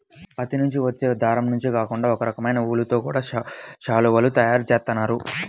పత్తి నుంచి వచ్చే దారం నుంచే కాకుండా ఒకరకమైన ఊలుతో గూడా శాలువాలు తయారు జేత్తన్నారు